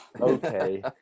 Okay